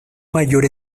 mayor